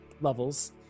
levels